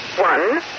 one